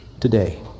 today